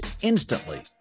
instantly